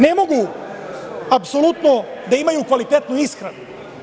Ne mogu apsolutno da imaju kvalitetnu ishranu.